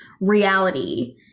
reality